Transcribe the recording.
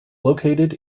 located